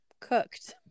cooked